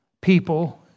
People